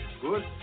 good